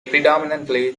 predominantly